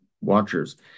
watchers